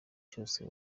cyose